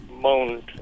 moaned